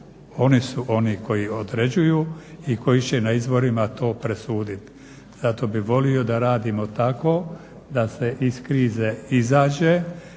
Oni su oni koji određuju i koji će na izborima to presuditi. Zato bih volio da radimo tako da se iz krize izađe,